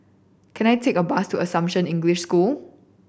can I take a bus to Assumption English School